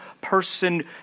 person